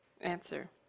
Answer